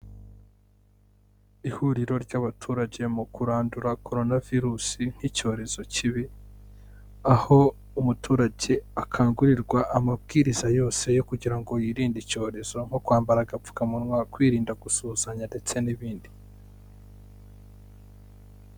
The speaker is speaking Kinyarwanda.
Ihuriro ry'abaturage mu kurandura koronavirusi nk'icyorezo kibi, aho umuturage akangurirwa amabwiriza yose yo kugira ngo yirinde icyorezo nko kwambara agapfukamunwa, kwirinda gusuhuzanya ndetse n'ibindi.